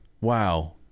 Wow